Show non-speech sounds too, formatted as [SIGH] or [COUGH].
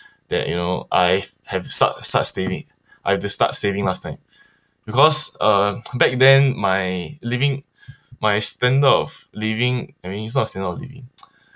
that you know I've have to start start saving I have to start saving last time because uh [NOISE] back then my living my standard of living I mean it's not standard of living [NOISE]